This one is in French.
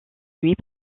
nuit